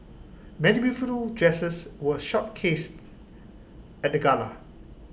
many beautiful dresses were showcased at the gala